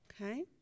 Okay